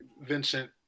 Vincent